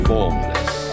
Formless